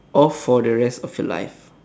of for the rest of your life